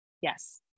Yes